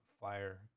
fire